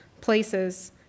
places